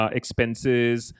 expenses